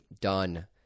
done